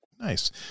Nice